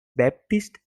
baptised